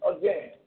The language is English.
again